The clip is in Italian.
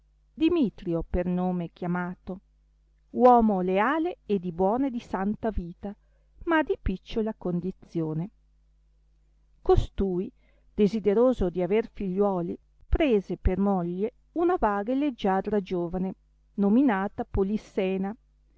bazzariotto dimitrio per nome chiamato uomo leale e di buona e di santa vita ma di picciola condizione costui desideroso di aver figliuoli prese per moglie una vaga e leggiadra giovane nominata polissena